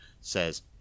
says